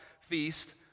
feast